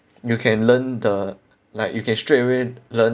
you can learn the like you can straight away learn